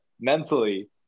mentally